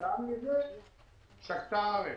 וכתוצאה מזה שקטה הארץ,